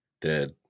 Dead